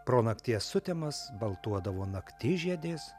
pro nakties sutemas baltuodavo naktižiedės